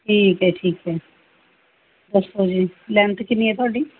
ਠੀਕ ਹੈ ਠੀਕ ਹੈ ਦੱਸੋ ਜੀ ਲੈਂਥ ਕਿੰਨੀ ਹੈ ਤੁਹਾਡੀ